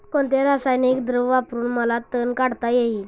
कोणते रासायनिक द्रव वापरून मला तण काढता येईल?